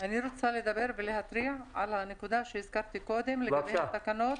אני רוצה לדבר ולהסביר על הנקודה שהסברתי קודם לגבי התקנות.